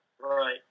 Right